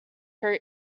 her